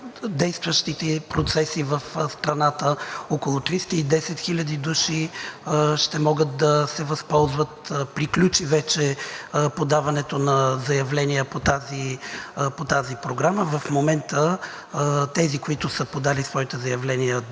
действащите процеси в страната и около 310 000 души ще могат да се възползват. Приключи вече подаването на заявления по тази програма. В момента тези, които са подали своите заявления